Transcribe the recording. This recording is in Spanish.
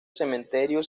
cementerio